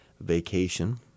vacation